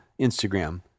Instagram